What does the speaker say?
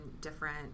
different